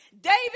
David